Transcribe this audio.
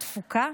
את דפוקה?